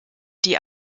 die